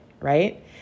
right